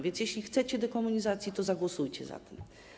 Więc jeśli chcecie dekomunizacji, to zagłosujcie za tym.